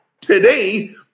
today